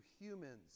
humans